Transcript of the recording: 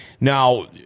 now